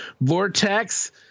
vortex